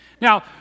Now